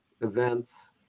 events